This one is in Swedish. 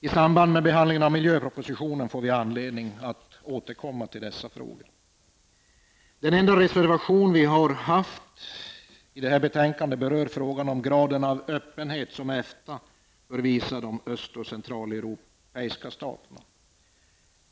I samband med behandlingen av milöpropositionen får vi anledning att återkomma till dessa frågor. Den enda reservation vi har i detta betänkanden berör frågan om graden av öppenhet som EFTA bör visa de öst och centraleuropeiska staterna.